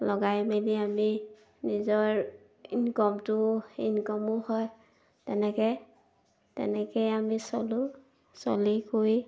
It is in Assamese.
লগাই মেলি আমি নিজৰ ইনকমটো ইনকমো হয় তেনেকৈ তেনেকৈয়ে আমি চলোঁ চলি কৰি